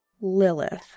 Lilith